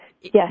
Yes